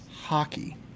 hockey